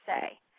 say